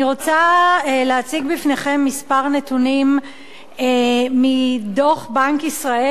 אני רוצה להציג בפניכם כמה נתונים מדוח בנק ישראל,